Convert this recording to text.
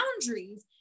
boundaries